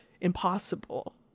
impossible